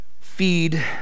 feed